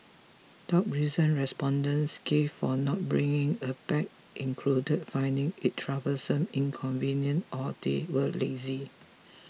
top reasons respondents gave for not bringing a bag included finding it troublesome inconvenient or they were lazy